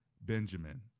Benjamin